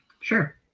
Sure